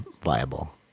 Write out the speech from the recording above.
viable